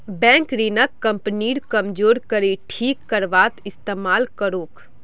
bank ऋणक कंपनीर कमजोर कड़ी ठीक करवात इस्तमाल करोक